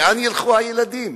לאן ילכו הילדים?